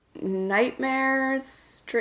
nightmares